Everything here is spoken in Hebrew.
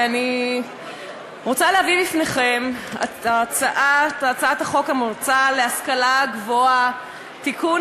אני רוצה להביא בפניכם את הצעת חוק המועצה להשכלה גבוהה (תיקון,